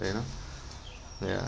you know ya